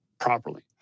properly